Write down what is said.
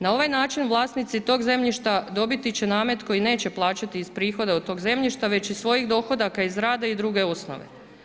Na ovaj način vlasnici tog zemljišta dobiti će namet koji neće plaćati prihod od tog zemljišta već iz svojih dohodaka iz rada i druge osnove.